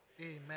Amen